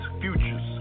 futures